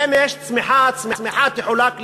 ואם יש צמיחה, הצמיחה תחולק לכולם,